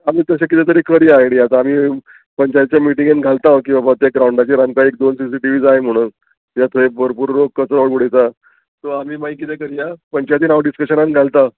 आमी तशें किदें तरी करया आयडिया आतां आमी पंचायत्याच्या मिटींगेन घालता की बाबा तें ग्रावंडाचेर आमकां एक दोन सीसटीवी जाय म्हणून ह्या थंय भरपूर लोक कसो ऑड उडयता सो आमी मागीर कितें करया पंचायतीन हांव डिसकशनान घालता